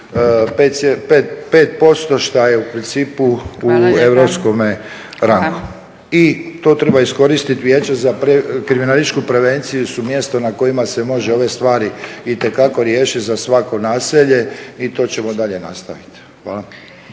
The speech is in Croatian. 5,5% što je u principu u europskome rangu. I to treba iskoristiti Vijeće za kriminalističku prevenciju je mjesto na kojima se može ove stvari itekako riješiti za svako naselje i to ćemo dalje nastaviti. Hvala.